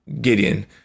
Gideon